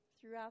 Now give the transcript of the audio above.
throughout